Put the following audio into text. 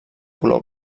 color